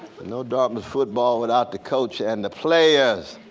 no dartmouth football without the coach and the players,